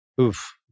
oof